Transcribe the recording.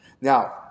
Now